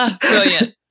Brilliant